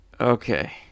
Okay